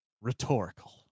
Rhetorical